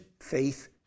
faith